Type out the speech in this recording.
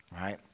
right